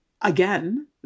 again